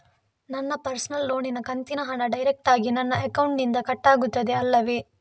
ನನ್ನ ಪರ್ಸನಲ್ ಲೋನಿನ ಕಂತಿನ ಹಣ ಡೈರೆಕ್ಟಾಗಿ ನನ್ನ ಅಕೌಂಟಿನಿಂದ ಕಟ್ಟಾಗುತ್ತದೆ ಅಲ್ಲವೆ?